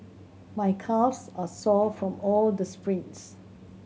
my calves are sore from all the sprints